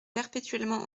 perpétuellement